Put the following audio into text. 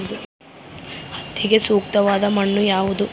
ಹತ್ತಿಗೆ ಸೂಕ್ತವಾದ ಮಣ್ಣು ಯಾವುದು?